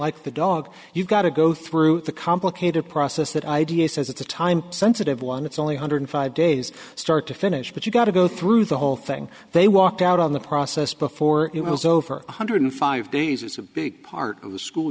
like the dog you got to go through the complicated process that i d s says it's a time sensitive one it's only hundred five days start to finish but you've got to go through the whole thing they walked out on the process before it was over one hundred five days is a big part of the school